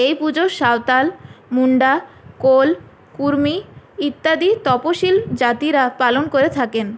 এইপুজো সাঁওতাল মুণ্ডা কোল কুর্মী ইত্যাদি তপশীল জাতিরা পালন করে থাকেন